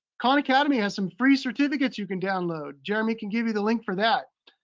khan academy has some free certificates you can download. jeremy can give you the link for that.